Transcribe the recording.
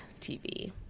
TV